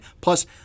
Plus